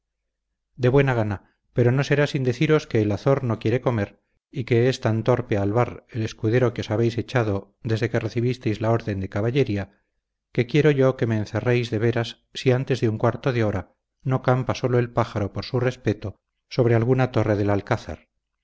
de buena gana pero no será sin deciros que el azor no quiere comer y que es tan torpe alvar el escudero que os habéis echado desde que recibisteis la orden de caballería que quiero yo que me encerréis de veras si antes de un cuarto de hora no campa solo el pájaro por su respeto sobre alguna torre del alcázar